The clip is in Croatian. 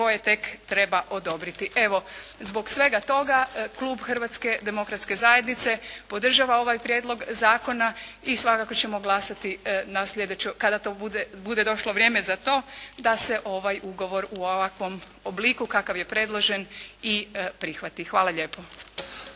koje tek treba odobriti. Evo zbog svega toga klub Hrvatske demokratske zajednice podržava ovaj prijedlog zakona i svakako ćemo glasovati na sljedećoj, kada bude došlo vrijeme za to, da se ovaj ugovor u ovakvom obliku kakav je predložen i prihvati. Hvala lijepo.